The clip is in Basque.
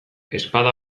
ezpada